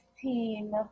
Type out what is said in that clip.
team